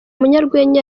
munyarwenya